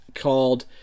called